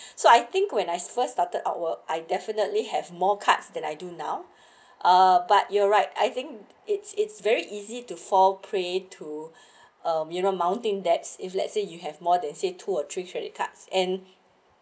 so I think when I first started our I definitely have more cards than I do now but you're right I think it's it's very easy to fall prey to uh mirror mounting debts if let's say you have more than say two or three credit cards and